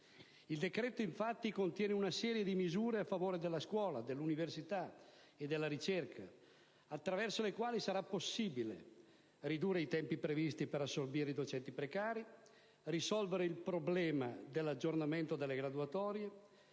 Il decreto infatti contiene una serie di misure a favore della scuola, dell'università e della ricerca, attraverso le quali sarà possibile ridurre i tempi previsti per assorbire i docenti precari, risolvere il problema dell'aggiornamento delle graduatorie,